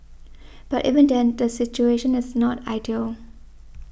but even then the situation is not ideal